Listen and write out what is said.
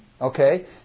Okay